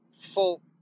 full